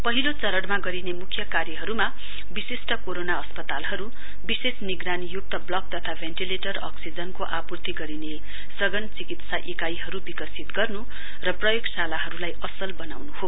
पहिलो चरणमा गरिने मुख्य कार्यहरूमा विशिष्ट कोरोना अस्पतालहरू विशेष निगरानी ब्लक तथा भेन्टिलेटर अक्सीजनको आपूर्ति गरिने सधन चिकित्सा इकाइहरूको विससित गर्नु र प्रयोगशालाहरूलाई असल बनाउनु हो